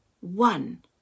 One